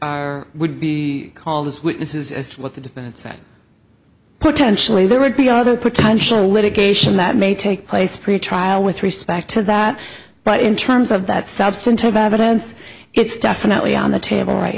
are would be called as witnesses as to what the defense said potentially there would be other potential litigation that may take place pretrial with respect to that but in terms of that substantive evidence it's definitely on the table right